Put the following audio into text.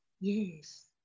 Yes